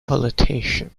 politician